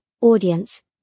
Audience